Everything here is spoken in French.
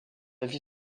vie